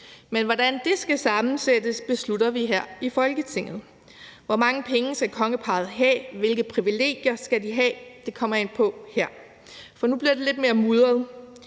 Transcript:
Men hvordan det skal sammensættes, beslutter vi her i Folketinget. Hvor mange penge skal kongeparret have, og hvilke privilegier skal de have? Det kommer jeg ind på her. For nu bliver det lidt mere mudret.